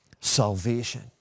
salvation